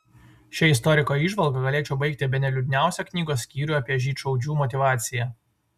šia istoriko įžvalga galėčiau baigti bene liūdniausią knygos skyrių apie žydšaudžių motyvaciją